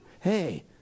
Hey